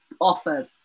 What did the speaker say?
offer